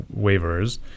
waivers